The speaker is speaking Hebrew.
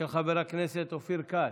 של חבר הכנסת אופיר כץ,